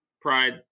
Pride